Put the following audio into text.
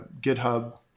GitHub